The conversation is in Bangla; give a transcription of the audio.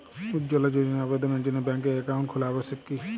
উজ্জ্বলা যোজনার আবেদনের জন্য ব্যাঙ্কে অ্যাকাউন্ট খোলা আবশ্যক কি?